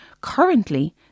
Currently